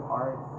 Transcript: art